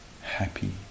happy